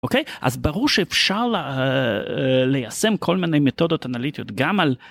אוקיי אז ברור שאפשר ליישם כל מיני מתודות אנליטיות גם על.